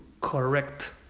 correct